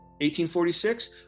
1846